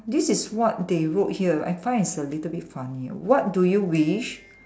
this is what they wrote here I find it's a little bit funny what do you wish